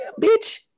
bitch